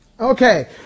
Okay